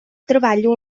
treballo